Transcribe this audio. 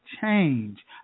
Change